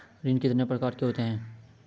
ऋण कितने प्रकार के होते हैं?